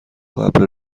قبل